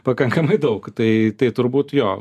pakankamai daug tai tai turbūt jo